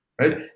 right